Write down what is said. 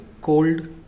Cold